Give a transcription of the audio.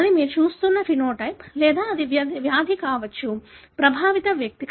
అది మీరు చూస్తున్న సమలక్షణం లేదా అది వ్యాధి కావచ్చు ప్రభావిత వ్యక్తి